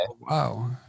Wow